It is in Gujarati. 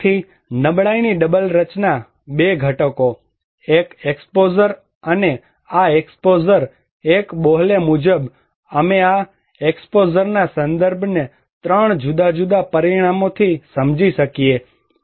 તેથી નબળાઈની ડબલ રચના બે ઘટકો એક એક્સપોઝર છે અને આ એક્સપોઝર એક બોહલે મુજબ અમે આ એક્સપોઝરના સંદર્ભને 3 જુદા જુદા પરિમાણોથી સમજી શકીએ છીએ